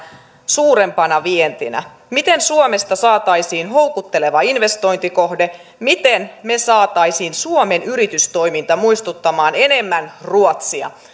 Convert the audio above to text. suurempana vientinä miten suomesta saataisiin houkutteleva investointikohde miten me saisimme suomen yritystoiminnan muistuttamaan enemmän ruotsia